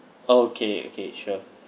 oh okay okay sure